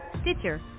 Stitcher